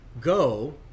go